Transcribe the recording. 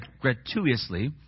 gratuitously